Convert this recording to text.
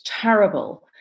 terrible